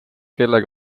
kelle